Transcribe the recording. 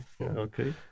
okay